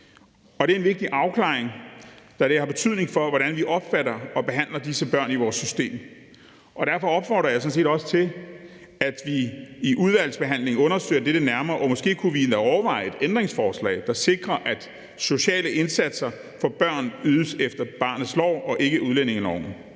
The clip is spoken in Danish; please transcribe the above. Det er en vigtig afklaring, da de har betydning for, hvordan vi opfatter og behandler disse børn i vores system. Derfor opfordrer jeg sådan set også til, at vi i udvalgsbehandlingen undersøger dette nærmere, og måske kunne vi endda overveje at stille et ændringsforslag, der sikrer, at sociale indsatser for børn ydes efter barnets lov og ikke efter udlændingeloven.